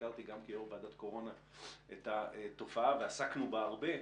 הכרתי גם כיושב-ראש ועדת קורונה את התופעה ועסקנו בה הרבה,